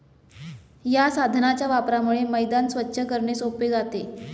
या साधनाच्या वापरामुळे मैदान स्वच्छ करणे सोपे जाते